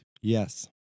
Yes